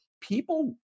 people